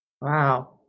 wow